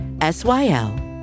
S-Y-L